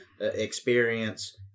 experience